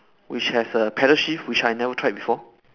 which has a pedal shift which I never tried before